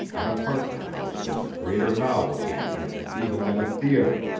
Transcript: an apartment house was a greater novelty to him even than a theater,